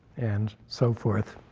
and so forth.